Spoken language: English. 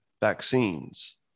vaccines